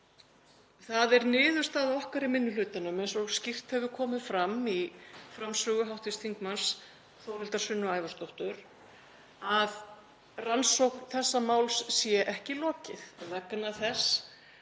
Það er niðurstaða okkar í minni hlutanum, eins og skýrt hefur komið fram í framsögu hv. þm. Þórhildar Sunnu Ævarsdóttur, að rannsókn þessa máls sé ekki lokið, vegna þess